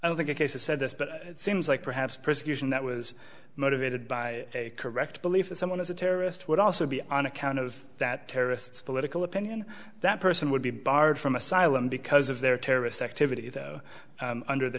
i don't think i said this but it seems like perhaps persecution that was motivated by a correct belief that someone as a terrorist would also be on account of that terrorists political opinion that person would be barred from asylum because of their terrorist activity though under the